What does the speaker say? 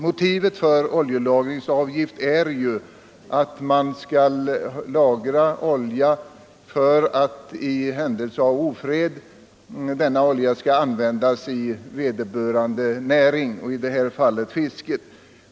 Motivet för oljelagringsavgiften är att man skall lagra olja för att i händelse av ofred denna olja skall användas i vederbörande näring, i detta fall fisket.